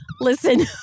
Listen